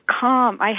calm